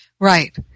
Right